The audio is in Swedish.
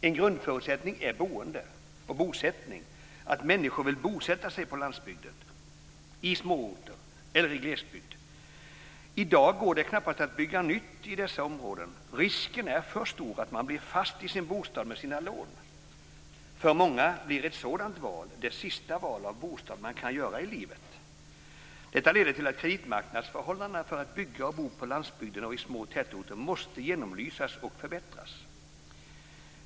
En grundförutsättning är bosättningen, att människor vill bo på landsbygden, i småorter eller i glesbygd. I dag går det knappast att bygga nytt inom dessa områden. Risken är för stor att man blir fast i bostaden med sina lån. För många blir ett sådant val det sista valet av bostad som man kan göra i livet. Detta leder till att kreditmarknadsförhållandena för att bygga och bo på landsbygden och i små tätorter måste genomlysas och förbättras.